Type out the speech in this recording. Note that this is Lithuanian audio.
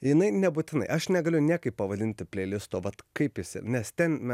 jinai nebūtinai aš negaliu niekaip pavadinti pleilisto vat kaip jisai nes ten me